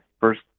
first